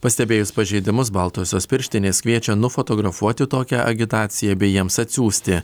pastebėjus pažeidimus baltosios pirštinės kviečia nufotografuoti tokią agitaciją bei jiems atsiųsti